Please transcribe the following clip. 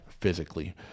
physically